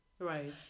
Right